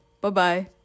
Bye-bye